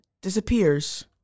disappears